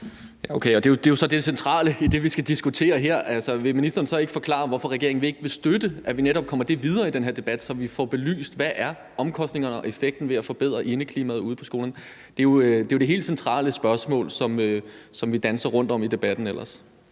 Det er jo så det centrale i det, vi skal diskutere her. Vil ministeren så ikke forklare, hvorfor regeringen ikke vil støtte, at vi netop kommer det videre i den her debat, så vi får belyst, hvad omkostningerne og effekten ved at få forbedret indeklimaet ude på skolerne er? Det er jo ellers det helt centrale spørgsmål, som vi danser rundt om i debatten. Kl.